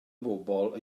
bobol